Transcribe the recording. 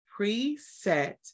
preset